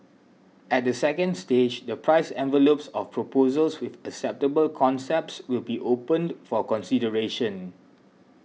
at the second stage the price envelopes of proposals with acceptable concepts will be opened for consideration